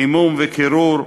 חימום וקירור,